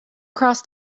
across